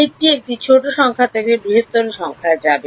দিকটি একটি ছোট সংখ্যা থেকে বৃহত্তর সংখ্যায় যাবে